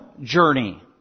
journey